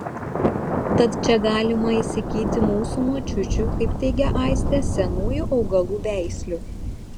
tad čia galima įsigyti mūsų močiučių kaip teigia aistė senųjų augalų veislių